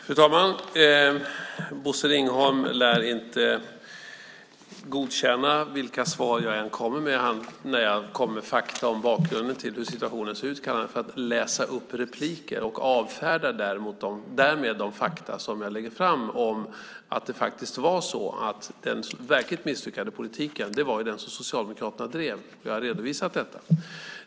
Fru talman! Bosse Ringholm lär inte godkänna svaren, vilka jag än kommer med. När jag kommer med fakta om bakgrunden till hur situationen ser ut kallar han det för att läsa upp inlägg och avfärdar därmed de fakta som jag lägger fram om att den verkligt misslyckade politiken var den som Socialdemokraterna drev, och jag har redovisat detta.